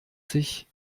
sich